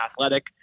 athletic